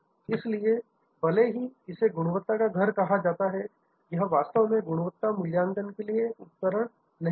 इसलिए भले ही इसे गुणवत्ता का घर कहा जाता है यह वास्तव में गुणवत्ता मूल्यांकन के लिए एक उपकरण नहीं है